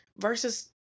versus